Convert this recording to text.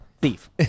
thief